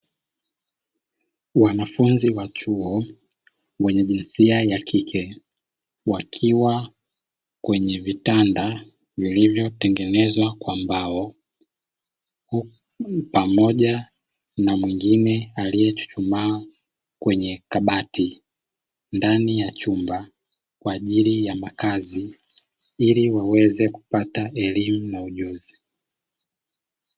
Wanafunzi wa chuo, wenye jinsia ya kike, wakiwa kwenye vitanda vilivyotengenezwa kwa mbao pamoja na mwingine aliyechuchumaa kwenye kabati ndani ya chumba kwa ajili ya makazi, ili waweze kupata elimu na ujuzi.